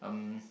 um